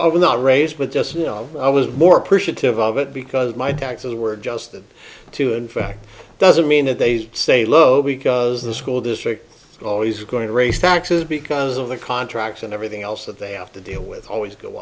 not raised with just you know i was more appreciative of it because my taxes were adjusted to in fact doesn't mean that they say low because the school district is always going to raise taxes because of the contracts and everything else that they have to deal with always go